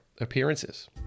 appearances